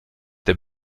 der